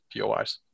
POIs